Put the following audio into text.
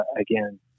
again